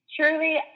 truly